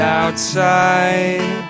outside